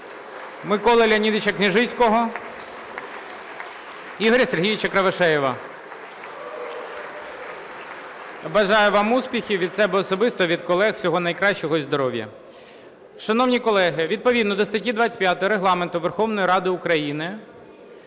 Миколи Леонідовича Княжицького (Оплески) , Ігоря Сергійовича Кривошеєва. (Оплески) Бажаю вам успіхів від себе особисто, від колег! Всього найкращого і здоров'я! Шановні колеги, відповідно до статті 25 Регламенту Верховної Ради України